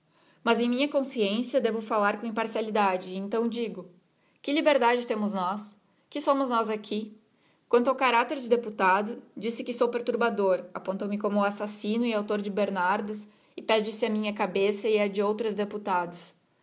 mas em minha consciência devo fallar com imparcialidade e então digo que liberdade temos nós que somos nós aqui quanto ao caracter de deputado diz-se que sou perturbador apontam me como assassino e autor de bernardas e pede se a minha cabeça e as de outros deputados